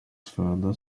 further